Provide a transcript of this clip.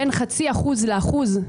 בין 0.5% ל-1%,